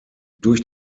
durch